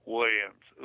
Williams